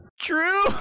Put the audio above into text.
True